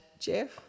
Jeff